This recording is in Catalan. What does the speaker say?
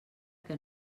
que